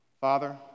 Father